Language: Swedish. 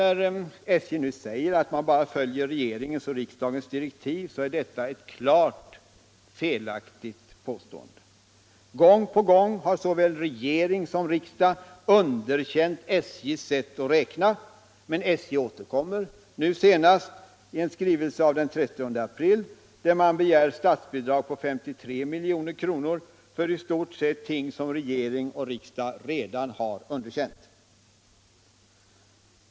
När SJ nu säger att man bara följer regeringens och riksdagens direktiv, så är detta ett klart felaktigt påstående. Gång på gång har såväl regering som riksdag underkänt SJ:s sätt att räkna, men SJ återkommer, nu senast i en skrivelse av den 30 april, där man begär statsbidrag på 53 milj.kr. för i stort sett ting som regering och riksdag redan har underkänt.